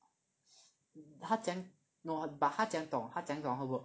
他怎么样 no but 他怎么样懂他怎么样懂会 work